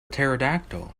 pterodactyl